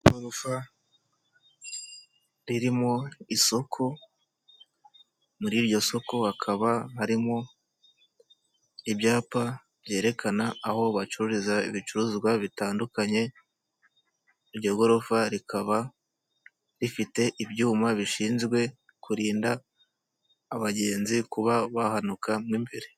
Igorofa ririmo isoko, muri iryo soko hakaba harimo ibyapa byerekana aho bacururiza ibicuruzwa bitandukanye. Iryo gorofa rikaba rifite ibyuma bishinzwe kurinda abagenzi kuba bahanuka mo imbere.